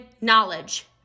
knowledge